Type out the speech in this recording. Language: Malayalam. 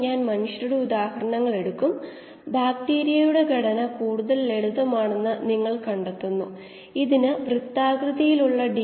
ഇൻപുട്ട് നിരക്കും ഔട്ട്പുട്ട് നിരക്കും തുല്യമായിരിക്കും ഇതാണ് മൊത്തം മാസ്സ്